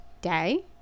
day